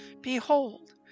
Behold